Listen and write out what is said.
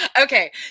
Okay